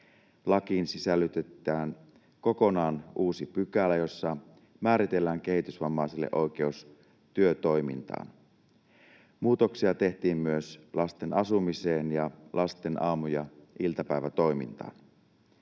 Lakiin sisällytetään kokonaan uusi pykälä, jossa määritellään kehitysvammaisille oikeus työtoimintaan. Muutoksia tehtiin myös lasten asumiseen ja lasten aamu- ja iltapäivätoimintaan.